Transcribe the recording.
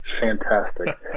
Fantastic